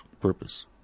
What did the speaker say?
purpose